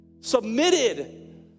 Submitted